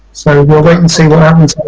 so we'll wait and see what happens.